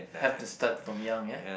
have to start from young ya